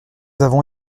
avons